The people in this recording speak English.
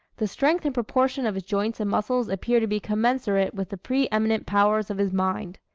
the strength and proportion of his joints and muscles appear to be commensurate with the pre-eminent powers of his mind.